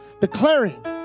Declaring